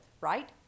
right